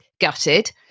gutted